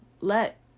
let